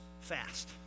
fast